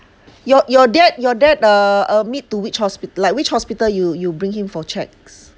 your your dad your dad uh admit to which hospital like which hospital you you bring him for checks